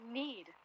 need